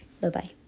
bye-bye